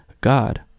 God